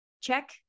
check